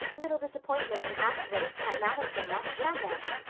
little disappointments and accidents can't matter so much, can they?